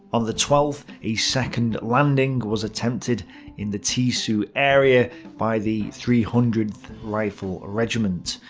on the twelfth, a second landing was attempted in the teeso area by the three hundredth rifle regiment.